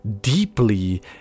deeply